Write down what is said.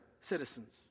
citizens